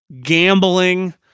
gambling